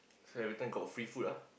so everytime got free food ah